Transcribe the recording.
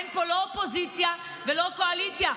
אין פה לא אופוזיציה ולא קואליציה.